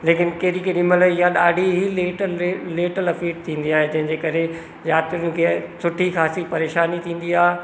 लेकिन केॾी केॾीमहिल ईअं ॾाढी ई लेट ले लेट लफिट थींदी आहे जंहिंजे करे राति जो की आहे सुठी ख़ासी परेशानी थींदी आहे